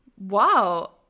Wow